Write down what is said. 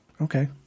Okay